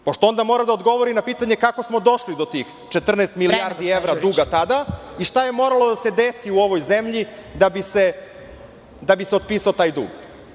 Onda mora da odgovori na pitanje – kako smo došli do tih 14 milijardi evra duga tada i šta je moralo da se desi u ovoj zemlji da bi se otpisao taj dug?